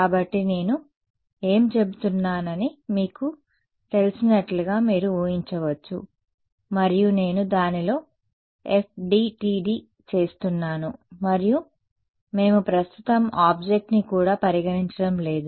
కాబట్టి నేను ఏం చెబుతున్నానని మీకు తెలిసినట్లుగా మీరు ఊహించవచ్చు మరియు నేను దానిలో FDTD చేస్తున్నాను మరియు మేము ప్రస్తుతం ఆబ్జెక్ట్ని కూడా పరిగణించడం లేదు